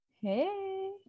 Hey